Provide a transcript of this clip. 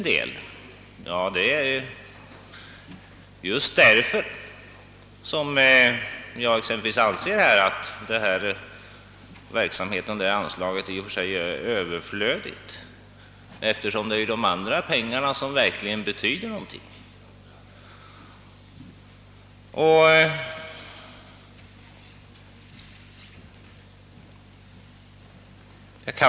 Det är just därför jag anser att detta anslag i och för sig är överflödigt, eftersom det är de andra pengarna som verkligen betyder någonting.